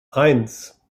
eins